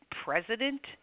President